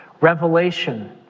Revelation